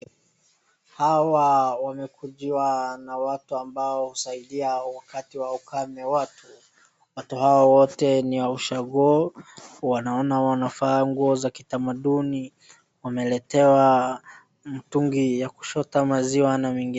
Hawa wamekujiwa na watu ambao husaidia wakati wa ukame watu, watu hawa wote ni wa ushago , wanaona wamevaa nguo za kitamaduni, wameletewa mtungi wa kuchota maziwa namengineo.